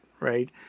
right